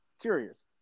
curious